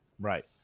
right